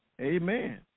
Amen